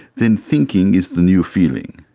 then thinking is the new feeling.